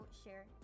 share